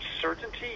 certainty